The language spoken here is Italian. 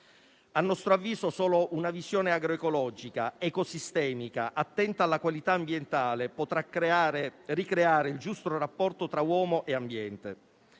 A nostro avviso, solo una visione agroecologica, ecosistemica e attenta alla qualità ambientale potrà ricreare un giusto rapporto tra uomo e ambiente.